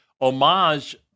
homage